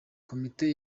komite